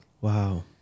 Wow